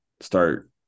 start